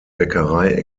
bäckerei